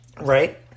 Right